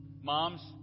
moms